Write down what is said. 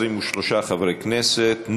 23 חברי כנסת,